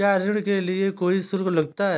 क्या ऋण के लिए कोई शुल्क लगता है?